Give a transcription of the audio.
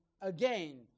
Again